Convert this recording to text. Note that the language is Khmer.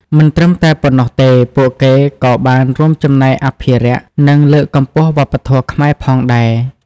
មិនត្រឹមតែប៉ុណ្ណោះទេពួកគេក៏បានរួមចំណែកអភិរក្ស និងលើកកម្ពស់វប្បធម៌ខ្មែរផងដែរ ។